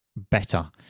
better